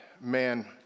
man